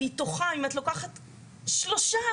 מתוכם אם את לוקחת רק 3%,